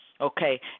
Okay